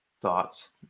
thoughts